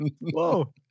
Whoa